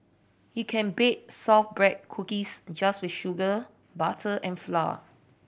you can bake shortbread cookies just with sugar butter and flour